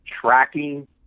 tracking